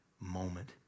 moment